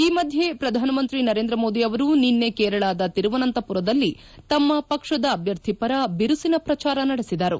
ಈ ಮಧ್ಯೆ ಪ್ರಧಾನಮಂತ್ರಿ ನರೇಂದ್ರ ಮೋದಿ ಅವರು ನಿನ್ನೆ ಕೇರಳದ ತಿರುವನಂತಪುರದಲ್ಲಿ ತಮ್ನ ಪಕ್ಷದ ಅಭ್ಯರ್ಥಿಪರ ಬಿರುಸಿನ ಪ್ರಚಾರ ನಡೆಸಿದರು